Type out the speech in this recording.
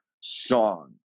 song